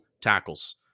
tackles